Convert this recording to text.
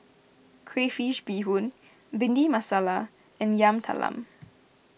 Crayfish BeeHoon Bhindi Masala and Yam Talam